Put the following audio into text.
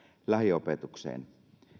lähiopetukseen